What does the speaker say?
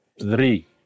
three